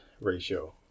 ratio